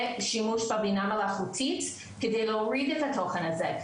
שימוש בבינה מלאכותית כדי להוריד את התוכן הזה,